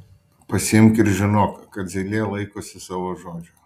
pasiimk ir žinok kad zylė laikosi savo žodžio